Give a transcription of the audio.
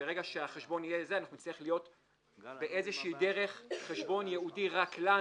אנחנו נצטרך להיות באיזושהי דרך בחשבון ייעודי רק לנו